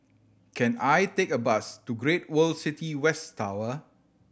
can I take a bus to Great World City West Tower